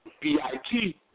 B-I-T